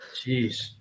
Jeez